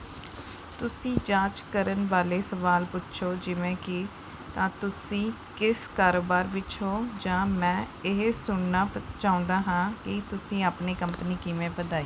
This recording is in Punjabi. ਤੁਸੀਂ ਜਾਂਚ ਕਰਨ ਵਾਲੇ ਸਵਾਲ ਪੁੱਛੋ ਜਿਵੇਂ ਕਿ ਤਾਂ ਤੁਸੀਂ ਕਿਸ ਕਾਰੋਬਾਰ ਵਿੱਚ ਹੋ ਜਾਂ ਮੈਂ ਇਹ ਸੁਣਨਾ ਚਾਹੁੰਦਾ ਹਾਂ ਕਿ ਤੁਸੀਂ ਆਪਣੀ ਕੰਪਨੀ ਕਿਵੇਂ ਵਧਾਈ